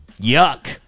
yuck